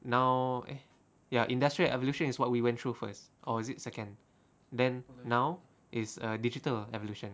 now eh ya industrial revolution is what we went through first or is it second then now is a digital evolution